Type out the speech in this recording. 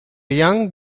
young